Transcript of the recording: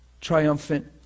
triumphant